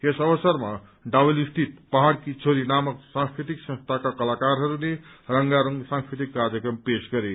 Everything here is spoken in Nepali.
यस अवसरमा डाउहिल स्थित पहाड़की छोरी नामक सांस्कृतिक संस्थाका कलाकारहरूले रंगारंग सांस्कृतिक कार्यक्रम पेश गरे